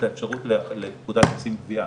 ואפשר לפרט לפחות חלק מהם.